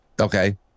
okay